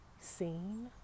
seen